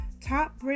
Top